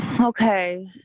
Okay